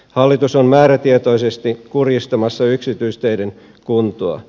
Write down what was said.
hallitus on määrätietoisesti kurjistamassa yksityisteiden kuntoa